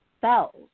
cells